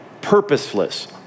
purposeless